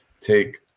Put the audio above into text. take